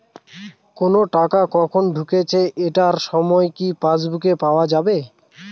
কোনো টাকা কখন ঢুকেছে এটার সময় কি পাসবুকে পাওয়া যাবে?